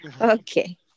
Okay